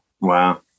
Wow